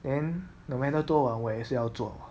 then no matter 多晚我也是要做